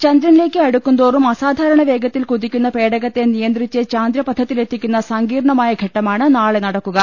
ചന്ദ്രനിലേക്ക് അടുക്കും തോറും അസാധാരണ വേഗത്തിൽ കുതിക്കുന്ന പേടകത്തെ നിയന്ത്രിച്ച് ചാന്ദ്രപഥത്തിലെത്തിക്കുന്ന സങ്കീർണ്ണമായ ഘട്ടമാണ് നാളെ നടക്കുക